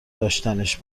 داشتنش